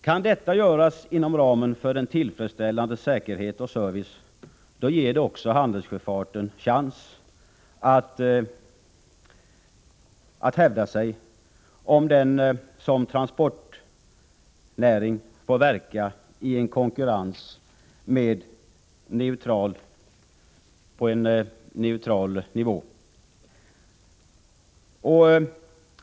Kan detta göras inom ramen för en tillfredsställande säkerhet och service, ger det också handelssjöfarten en chans att hävda sig, om den såsom transportnäring får verka på en konkurrensneutral marknad.